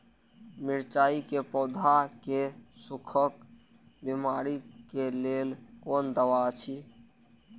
मिरचाई के पौधा के सुखक बिमारी के लेल कोन दवा अछि?